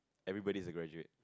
everybody has graduate